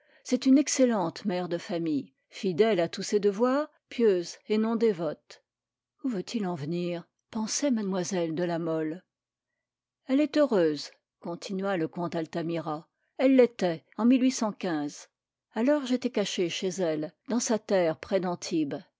c'est une excellente mère de famille fidèle à tous ses devoirs pieuse et non dévote où veut-il en venir pensait mlle de la mole elle est heureuse continua le comte altamira elle l'était en alors j'étais caché chez elle dans sa terre près d'antibes